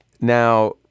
Now